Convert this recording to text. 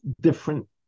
different